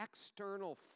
external